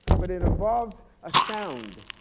but it involves a sound,